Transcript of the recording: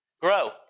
Grow